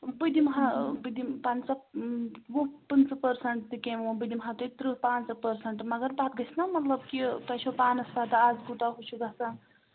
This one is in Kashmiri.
بہٕ دِمہٕ ہا بہٕ دِمہٕ پنٛژاہ وُہ پٕنٛژٕہ پٔرسَنٛٹ تہِ کمۍ ووٚن بہٕ دِمہٕ ہا تۄہہِ ترٕٛہ پانٛژٕ پٔرسَنٛٹ مگر پَتہٕ گژھِ نا مطلب کہِ تۄہہِ چھو پانَس پَتہٕ اَز کوٗتاہ ہُہ چھُ گژھان